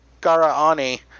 Garaani